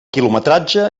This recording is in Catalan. quilometratge